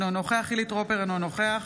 אינו נוכח חילי טרופר, אינו נוכח